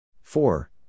Four